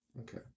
Okay